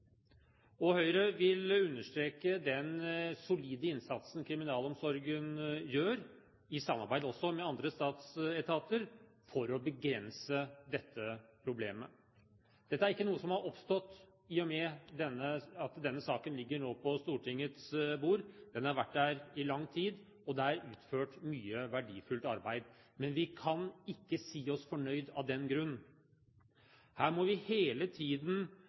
og Høyre vil understreke den solide innsatsen kriminalomsorgen gjør, også i samarbeid med andre statsetater, for å begrense dette problemet. Dette er ikke noe som har oppstått i og med at denne saken nå ligger på Stortingets bord; den har vært der i lang tid, og det er utført mye verdifullt arbeid. Men vi kan ikke si oss fornøyd av den grunn. Her må vi hele tiden